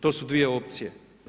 To su dvije opcije.